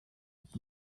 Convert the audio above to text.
with